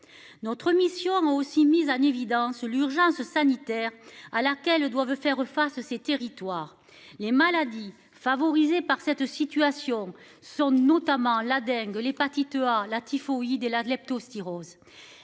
Notre mission a aussi mis en évidence l'urgence sanitaire à laquelle doivent faire face ces territoires les maladies favorisées par cette situation sont notamment la dingue l'hépatite A, la typhoïde et la leptospirose